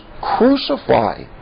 crucify